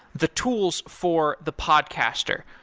the tools for the podcaster.